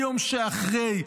ליום שאחרי,